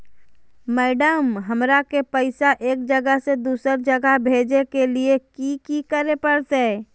Madam, हमरा के पैसा एक जगह से दुसर जगह भेजे के लिए की की करे परते?